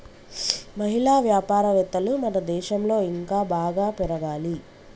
మహిళా వ్యాపారవేత్తలు మన దేశంలో ఇంకా బాగా పెరగాలి